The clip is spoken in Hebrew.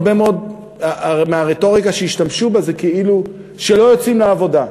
הרבה מאוד מהרטוריקה שהשתמשו בה זה כאילו שלא יוצאים לעבודה,